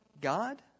God